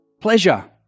pleasure